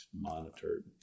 monitored